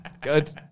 Good